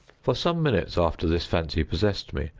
for some minutes after this fancy possessed me,